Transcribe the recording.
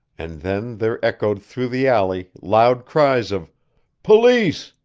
and then there echoed through the alley loud cries of police!